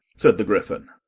said the gryphon.